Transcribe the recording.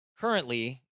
Currently